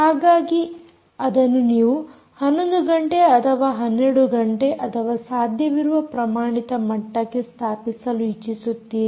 ಹಾಗಾಗಿ ಅದನ್ನು ನೀವು 11 ಗಂಟೆ ಅಥವಾ 12 ಗಂಟೆ ಅಥವಾ ಸಾಧ್ಯವಿರುವ ಪ್ರಮಾಣಿತ ಮಟ್ಟಕ್ಕೆ ಸ್ಥಾಪಿಸಲು ಇಚ್ಚಿಸುತ್ತೀರಿ